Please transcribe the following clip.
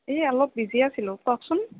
এই অলপ বিজি আছিলোঁ কওকচোন